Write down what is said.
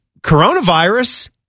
coronavirus